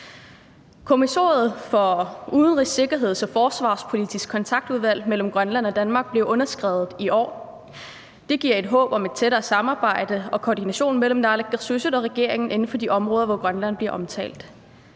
Kommissoriet for Udenrigs-, Sikkerheds- og Forsvarspolitisk Kontaktudvalg mellem Grønland og Danmark blev underskrevet i år. Det giver et håb om et tættere samarbejde og koordination mellem naalakkersuisut og regeringen inden for de områder, hvor Grønland bliver omtalt.